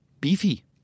beefy